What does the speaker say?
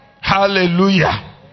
Hallelujah